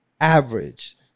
average